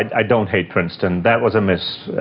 i don't hate princeton. that was a mis.